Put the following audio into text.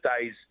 days